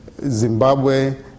Zimbabwe